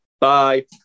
Bye